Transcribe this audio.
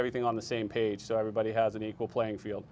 everything on the same page so everybody has an equal playing field